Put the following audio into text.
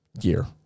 year